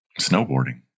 snowboarding